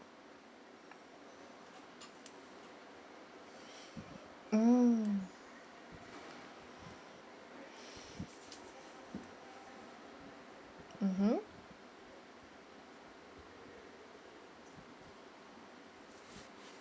mm mmhmm